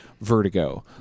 vertigo